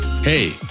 Hey